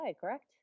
correct